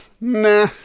Nah